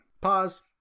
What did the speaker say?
Pause